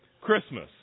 Christmas